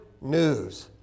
news